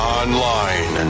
online